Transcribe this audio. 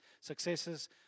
successes